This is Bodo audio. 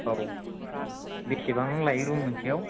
औ बेसेबां लायो रुम मोनसेयाव